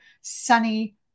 sunny